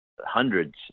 hundreds